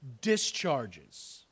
discharges